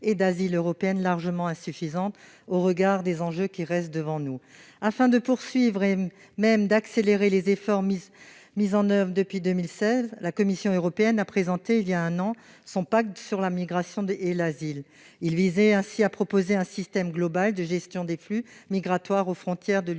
et d'asile européenne largement insuffisante au regard des enjeux qui restent devant nous. Afin de poursuivre et même d'accélérer les efforts mis en oeuvre depuis 2016, la Commission européenne a présenté voilà un an son pacte européen pour l'asile et les migrations, qui vise à proposer un système global de gestion des flux migratoires aux frontières de l'Union